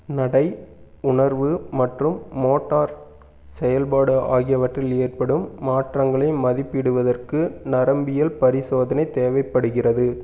நடை உணர்வு மற்றும் மோட்டார் செயல்பாடு ஆகியவற்றில் ஏற்படும் மாற்றங்களை மதிப்பிடுவதற்கு நரம்பியல் பரிசோதனை தேவைப்படுகிறது